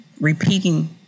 repeating